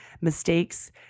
mistakes